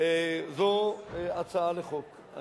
זו הצעה לחוק.